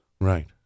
Right